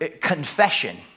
confession